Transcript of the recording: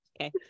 Okay